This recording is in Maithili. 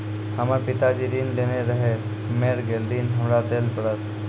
हमर पिताजी ऋण लेने रहे मेर गेल ऋण हमरा देल पड़त?